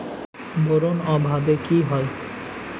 Boron অভাবে কি হয়?